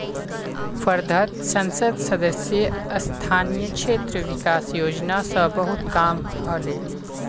वर्धात संसद सदस्य स्थानीय क्षेत्र विकास योजना स बहुत काम ह ले